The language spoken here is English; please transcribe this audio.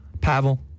Pavel